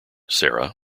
sarah